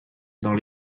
dans